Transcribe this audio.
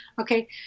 Okay